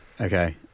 Okay